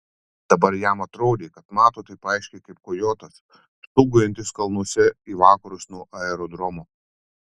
dabar jam atrodė kad mato taip aiškiai kaip kojotas stūgaujantis kalnuose į vakarus nuo aerodromo